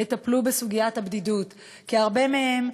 הם יטפלו בסוגיית הבדידות, הרבה מהם.